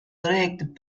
direct